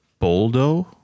Boldo